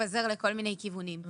התפזר לכל מיני כיוונים.